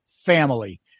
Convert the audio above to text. family